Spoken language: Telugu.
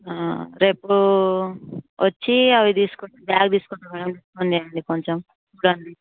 రేపు వచ్చి అవి తీసుకుని బ్యాగ్ తీసుకుంటాను మ్యాడమ్ ఫోన్ చేయండి కొంచెం